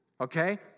Okay